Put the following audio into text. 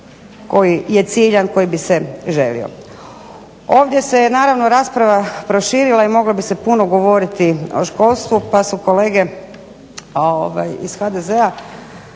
koji je ciljan koji bi se želio. Ovdje se je naravno rasprava proširila i moglo bi se puno govoriti o školstvu pa su kolege iz HDZ-a